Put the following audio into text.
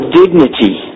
dignity